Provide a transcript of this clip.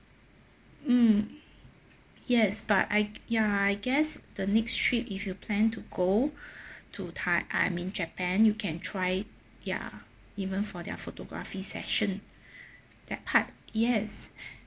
mm yes but I g~ ya I guess the next trip if you plan to go to tai~ I mean japan you can try ya even for their photography session that part yes